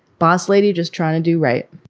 boss lady. just trying to do right